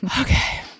Okay